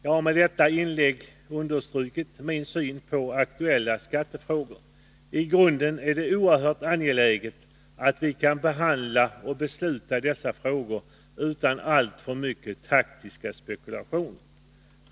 Jag har med detta inlägg velat understryka min syn på aktuella skattefrågor. I grunden är det oerhört angeläget att vi kan behandla dessa frågor och besluta i dem utan alltför mycket taktiska spekulationer.